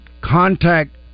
contact